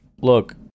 look